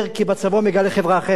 כי בצבא הוא מגלה חברה אחרת.